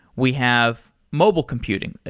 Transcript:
we have mobile computing. ah